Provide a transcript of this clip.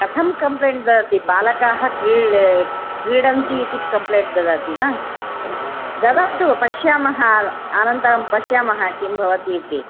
कथं कम्प्लेण्ट् ददाति बालकाः क्रीड् क्रीडन्ति इति कम्प्लेण्ट् ददाति वा ददातु पश्यामः अनन्तरं पश्यामः किं भवति इति